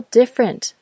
different